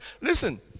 Listen